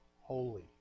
holy